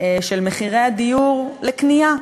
של מחירי הדיור לקנייה,